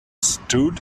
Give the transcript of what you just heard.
stood